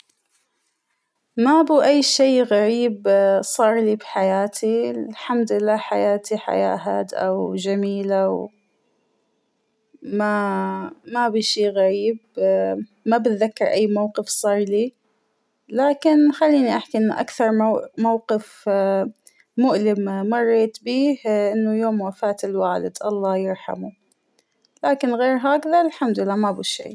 ما بو أى شى غريب صارلى بحياتى ، الحمد لله حياتى حياة هادئة وجميلة و ما - ما بى شى غريب، ما بتذكر أى موقف صارلى ، لكن خلينى أحكى إن أكثر موقف اا- مؤلم اا- مريت بيه إنه يوم وفاة الوالد الله يرحمه ، لكن غير هكذا الحمد لله مابو شى.